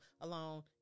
alone